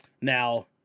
Now